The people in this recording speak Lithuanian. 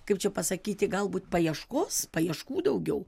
kaip čia pasakyti galbūt paieškos paieškų daugiau